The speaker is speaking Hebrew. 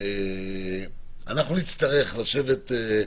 אנחנו נצטרך לשבת.